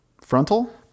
frontal